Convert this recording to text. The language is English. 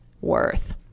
Worth